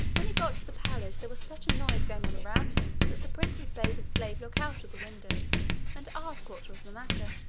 when he got to the palace there was such a noise going on round him that the princess bade her slave look out of the window and ask what was the matter.